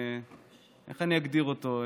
איך אני אגדיר אותו?